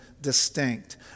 distinct